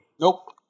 Nope